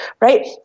right